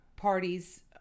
parties